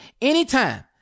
anytime